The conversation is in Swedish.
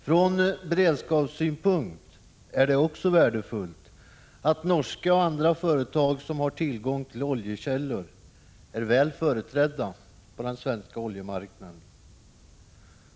Från beredskapssynpunkt är det värdefullt att norska och andra företag som har tillgång till oljekällor är väl företrädda på den svenska oljemarknaden.